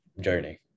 journey